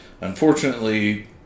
Unfortunately